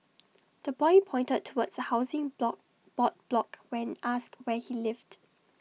the boy pointed towards A housing block board block when asked where he lived